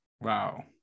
Wow